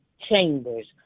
chambers